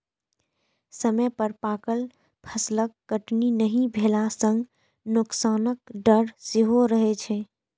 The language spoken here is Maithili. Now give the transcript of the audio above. समय पर पाकल फसलक कटनी नहि भेला सं नोकसानक डर सेहो रहै छै